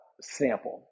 sample